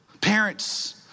Parents